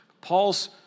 Paul's